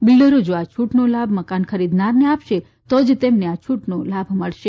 બીલ્ડરો જો આ છુટનો લાભ મકાન ખરીદનારાને આપશે તો જ તેમને છુટનો લાભ અપાશે